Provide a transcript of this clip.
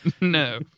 no